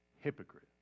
hypocrite